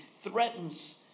threatens